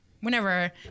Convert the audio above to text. whenever